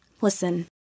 Listen